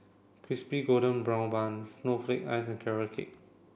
Crispy Golden Brown Bun Snowflake Ice and carrot cake